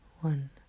one